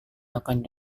makan